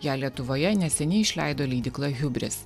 ją lietuvoje neseniai išleido leidykla hiubris